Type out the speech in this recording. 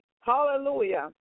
Hallelujah